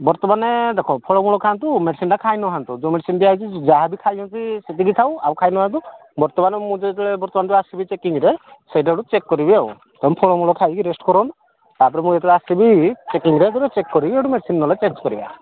ବର୍ତ୍ତମାନେ ଦେଖ ଫଳମୂଳ ଖାଆନ୍ତୁ ମେଡ଼ିସିନ୍ଟା ଖାଇ ନଥାନ୍ତୁ ଯେଉଁ ମେଡ଼ିସିନ୍ ଦିଆହେଇଛି ଯାହା ବି ଖାଇଛନ୍ତି ସେତିକି ଥାଉ ଆଉ ଖାଇ ନଥାନ୍ତୁ ବର୍ତ୍ତମାନ ମୁଁ ଯେତେବେଳେ ବର୍ତ୍ତମାନ ଯେଉଁ ଆସିବି ଚେକିଂରେ ସେଇଟା ଗୋଟେ ଚେକ୍ କରିବି ଆଉ କ'ଣ ଫଳମୂଳ ଖାଇକି ରେଷ୍ଟ କରନ୍ତୁ ତା'ପରେ ମୁଁ ଯେତେବେଳେ ଆସିବି ଚେକିଂରେ ଧର ଚେକ୍ କରିବି ସେଠୁ ମେଡ଼ିସିନ୍ ନହେଲେ ଚେଞ୍ଜ କରିବା